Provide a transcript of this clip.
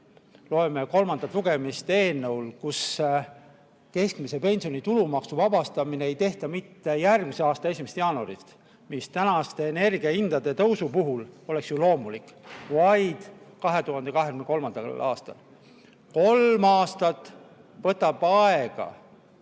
on kolmandal lugemisel eelnõu, kus keskmise pensioni tulumaksust vabastamist ei tehta mitte järgmise aasta 1. jaanuarist, mis tänaste energiahindade tõusu puhul oleks ju loomulik, vaid 2023. aastal. Kolm aastat võtab aega